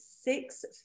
six